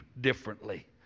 differently